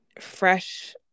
fresh